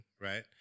right